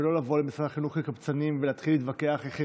ולא לבוא למשרד החינוך כקבצנים ולהתחיל להתווכח איך